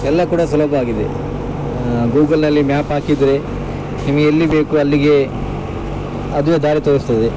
ಎಲ್ಲ ಕೂಡ ಸುಲಭ ಆಗಿದೆ ಗೂಗಲ್ನಲ್ಲಿ ಮ್ಯಾಪ್ ಹಾಕಿದ್ರೆ ನಿಮ್ಗೆ ಎಲ್ಲಿಗೆ ಬೇಕು ಅಲ್ಲಿಗೆ ಅದುವೇ ದಾರಿ ತೋರಿಸ್ತದೆ